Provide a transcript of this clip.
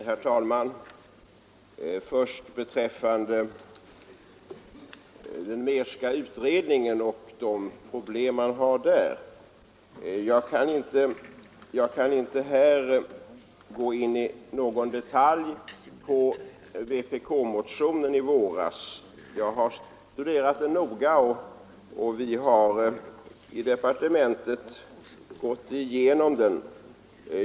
Herr talman! Vad först beträffar den Mehrska utredningen och de problem man har där så kan jag här inte gå in i detalj på vpk:s motion i våras. Jag har studerat den noga, och vi har i departementet gått igenom den.